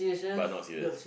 but no serious